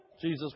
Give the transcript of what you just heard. Jesus